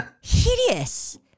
Hideous